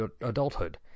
adulthood